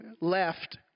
left